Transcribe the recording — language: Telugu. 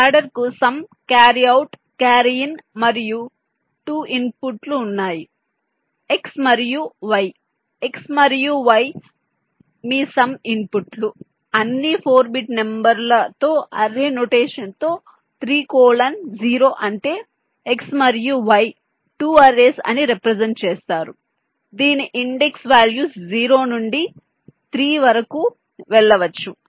మీ యాడర్కు sum carry out carry in మరియు 2 ఇన్పుట్లు ఉంటాయి X మరియు Y X మరియు Y మీ సమ్ ఇన్పుట్లు అన్నీ 4 బిట్ నెంబర్ ల తో అర్రే నొటేషన్ తో 3 కోలన్ 0 అంటే X మరియు Y 2 అర్రే స్ అని రెప్రెసెంట్ చేస్తారు దీని ఇండెక్స్ వాల్యూస్ 0 నుండి 3 వరకు వెళ్ళవచ్చు